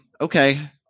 okay